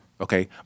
Okay